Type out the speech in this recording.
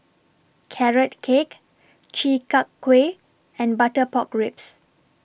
Carrot Cake Chi Kak Kuih and Butter Pork Ribs